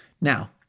Now